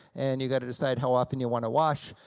and you gotta decide how often you want to wash.